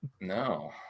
No